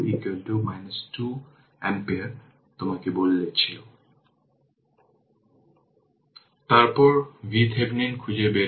এটি একটি current division তাই এটি হবে 5 বাই 7 i 1t